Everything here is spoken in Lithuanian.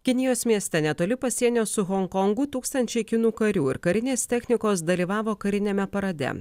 kinijos mieste netoli pasienio su honkongu tūkstančiai kinų karių ir karinės technikos dalyvavo kariniame parade